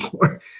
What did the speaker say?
more